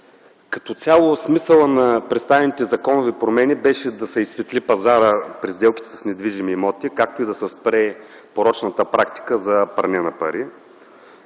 Като цяло смисълът на представените законови промени беше да се изсветли пазарът при сделките с недвижими имоти, както и да се спре порочната практика за пране на пари.